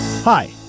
Hi